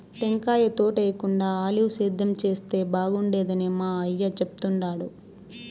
టెంకాయ తోటేయేకుండా ఆలివ్ సేద్యం చేస్తే బాగుండేదని మా అయ్య చెప్తుండాడు